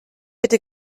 bitte